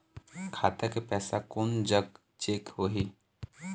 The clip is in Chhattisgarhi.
खाता के पैसा कोन जग चेक होही?